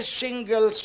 single